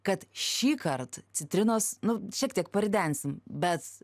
kad šįkart citrinos nu šiek tiek paridensim bet